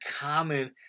common